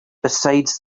besides